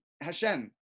Hashem